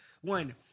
one